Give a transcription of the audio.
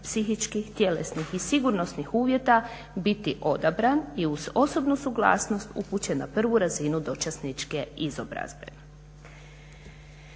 psihičkih, tjelesnih i sigurnosnih uvjeta biti odabran i uz osobnu suglasnost upućen na prvu razinu dočasničke izobrazbe.